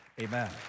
Amen